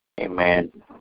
Amen